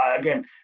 again